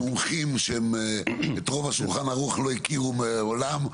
אלו מומחים שאת רוב השולחן ערוך לא הכירו מעולם,